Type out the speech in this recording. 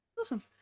Awesome